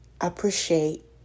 appreciate